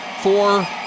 Four